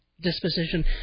disposition